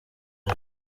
ari